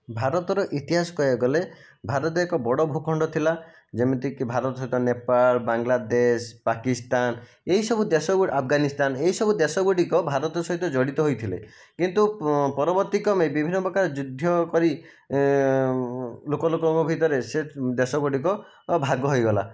ଭାରତର ଇତିହାସ କହିବାକୁ ଗଲେ ଭାରତ ଏକ ବଡ଼ ଭୂଖଣ୍ଡ ଥିଲା ଯେମିତି କି ଭାରତ ସହିତ ନେପାଳ ବାଂଲାଦେଶ ପାକିସ୍ତାନ ଏହିସବୁ ଦେଶଗୁଡ଼ା ଆଫାଗାନିସ୍ତାନ ଏହିସବୁ ଦେଶଗୁଡ଼ିକ ଭାରତ ସହିତ ଜଡ଼ିତ ହୋଇ ଥିଲେ କିନ୍ତୁ ପରବର୍ତ୍ତୀ କ୍ରମେ ବିଭିନ୍ନ ପ୍ରକାର ଯୁଦ୍ଧ କରି ଲୋକ ଲୋକଙ୍କ ଭିତରେ ସେ ଦେଶଗୁଡ଼ିକ ଭାଗ ହୋଇଗଲା